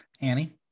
Annie